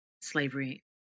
slavery